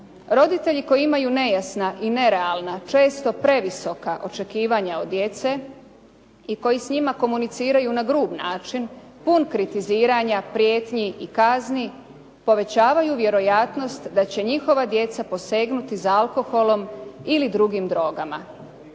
Roditelji koji imaju nejasna i nerealna, često previsoka očekivanja od djece i koji s njima komuniciraju na grub način, pun kritiziranja, prijetnji i kazni, povećavaju vjerojatnost da će njihova djeca posegnuti za alkoholom ili drugim drogama.